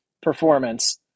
Performance